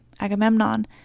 Agamemnon